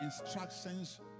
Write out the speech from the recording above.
Instructions